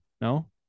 no